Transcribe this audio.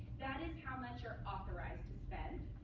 that is how much you're authorized to spend.